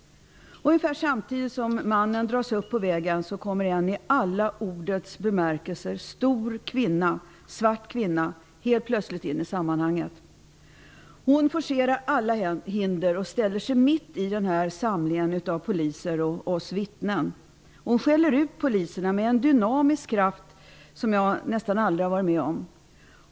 Ungefär samtidigt som mannen dras upp på vägen kommer en i ordets alla bemärkelser stor kvinna, en svart kvinna, helt plötsligt in i sammanhanget. Hon forcerar alla hinder och ställer sig mitt i samlingen av poliser och oss vittnen. Hon skäller ut poliserna med en dynamisk kraft som jag nästan aldrig har varit med om.